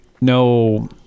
No